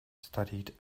studied